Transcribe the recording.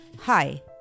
Hi